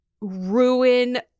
ruin